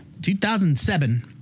2007